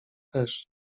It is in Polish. też